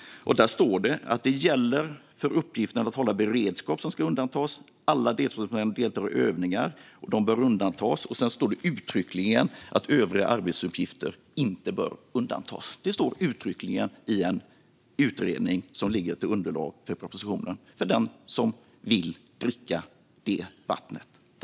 Där står det att uppgiften att hålla beredskap ska undantas och att alla deltidsbrandmän deltar i övningar som bör undantas. Sedan står det uttryckligen att övriga arbetsuppgifter inte bör undantas. Detta står alltså uttryckligen i en utredning som utgör underlag för propositionen - för den som vill dricka vattnet.